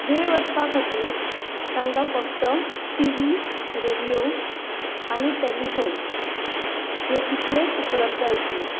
वेळ वचपा खातीर तांकां फक्त टि वी रेडियो आनी टॅलिफोन हें इतलेंच उपलब्द आशिल्लें